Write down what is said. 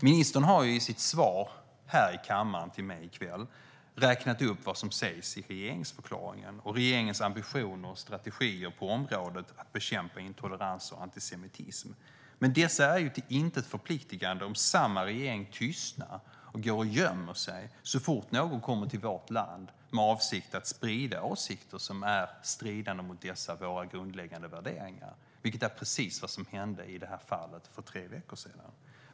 Ministern har i sitt svar till mig här i kammaren i kväll räknat upp vad som sägs i regeringsförklaringen och regeringens ambitioner och strategier på området att bekämpa intolerans och antisemitism. Men dessa är ju till intet förpliktande om samma regering tystnar och går och gömmer sig så fort någon kommer till vårt land med avsikt att sprida åsikter som är stridande mot dessa våra grundläggande värderingar, vilket är precis vad som hände i detta fall för tre veckor sedan.